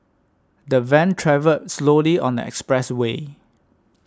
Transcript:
the van travelled slowly on the expressway